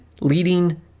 leading